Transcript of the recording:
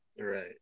Right